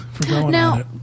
now